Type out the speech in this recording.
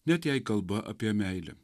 net jei kalba apie meilę